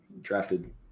drafted